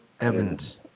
Evans